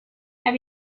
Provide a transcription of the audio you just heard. have